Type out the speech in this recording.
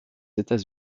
états